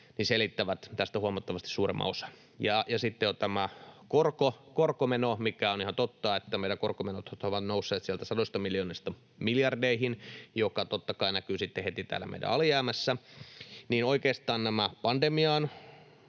selittävät tästä huomattavasti suuremman osan. Ja sitten on tämä korkomeno, mikä on ihan totta, että meidän korkomenothan ovat nousseet sieltä sadoista miljoonista miljardeihin, mikä totta kai näkyy sitten heti täällä meidän alijäämässä. Oikeastaan näistä pandemian